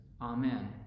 amen